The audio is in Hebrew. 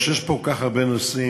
יש כל כך הרבה נושאים,